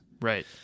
right